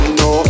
no